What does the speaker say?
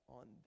on